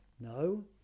No